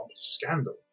scandal